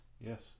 Yes